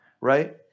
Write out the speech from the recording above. right